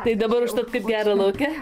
tai dabar užtat kaip gera lauke